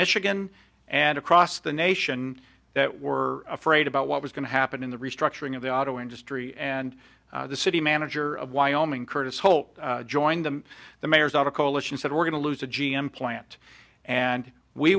michigan and across the nation that were afraid about what was going to happen in the restructuring of the auto industry and the city manager of wyoming curtis holt joined them the mayors out a coalition said we're going to lose a g m plant and we